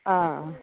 आं